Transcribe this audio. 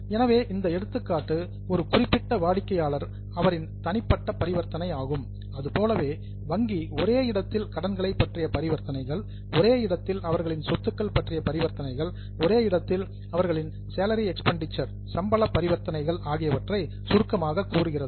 எனவே இந்த எடுத்துக்காட்டு ஒரு குறிப்பிட்ட வாடிக்கையாளர் அவரின் தனிப்பட்ட பரிவர்த்தனை ஆகும் அதுபோலவே வங்கி ஒரே இடத்தில் கடன்களை பற்றிய பரிவர்த்தனைகள் ஒரே இடத்தில் அவர்களின் சொத்துக்கள் பற்றிய பரிவர்த்தனைகள் ஒரே இடத்தில் அவர்களின் சேலரி எக்ஸ்பண்ட்டீச்சர் அதாவது சம்பள செலவு பரிவர்த்தனைகள் ஆகியவற்றை சுருக்கமாக கூறுகிறது